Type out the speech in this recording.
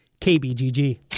KBGG